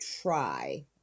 try